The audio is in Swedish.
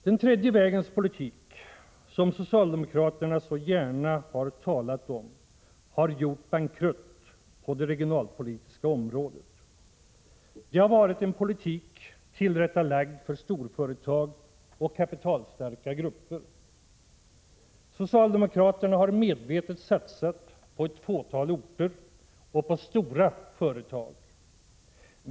Den ”tredje vägens politik” som socialdemokraterna så gärna har talat om har gjort bankrutt på det regionalpolitiska området. Det har varit en politik tillrättalagd för storföretag och kapitalstarka grupper. Socialdemokraterna har medvetet satsat på ett fåtal orter och stora företag.